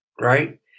right